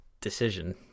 decision